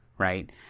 right